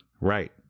Right